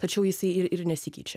tačiau jisai ir ir nesikeičia